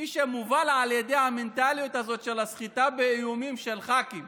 מי שמובל על ידי המנטליות הזאת של סחיטה באיומים של ח"כים